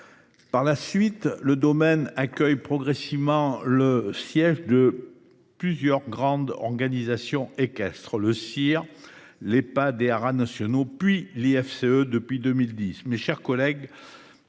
Par la suite le domaine accueil progressivement le siège de plusieurs grandes organisations équestre le. Les pas des haras nationaux puis les FCE depuis 2010, mes chers collègues.